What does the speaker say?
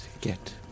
get